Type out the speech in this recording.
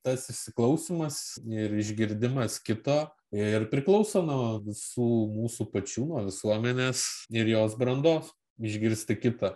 tas įsiklausymas ir išgirdimas kito ir priklauso nuo visų mūsų pačių nuo visuomenės ir jos brandos išgirsti kitą